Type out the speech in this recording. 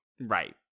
Right